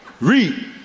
Read